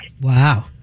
Wow